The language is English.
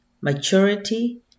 maturity